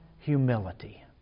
Humility